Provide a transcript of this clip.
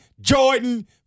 Jordan